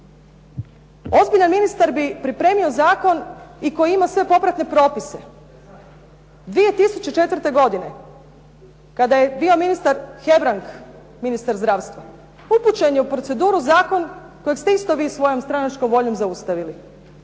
Ozbiljan ministar bi pripremio zakon i koji ima sve popratne propise. 2004. godine, kada je bio ministar Hebrang ministar zdravstva, upućen je u proceduru zakon kojeg ste isto vi sa svojom stranačkom voljom zaustavili.